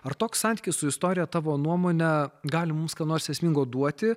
ar toks santykis su istorija tavo nuomone gali mums ką nors esmingo duoti